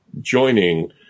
joining